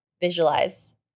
visualize